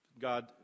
God